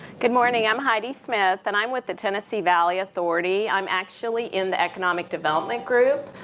good morning. i'm heidi smith. and i'm with the tennessee valley authority. i'm actually in the economic development group.